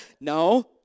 No